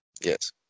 Yes